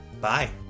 Bye